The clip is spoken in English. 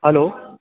hello